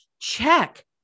check